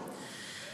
נא לסיים.